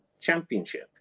championship